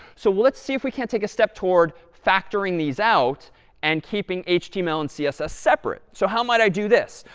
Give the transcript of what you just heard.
so let's see if we can't take a step toward factoring these out and keeping html and css separate. so how might i do this?